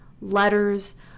letters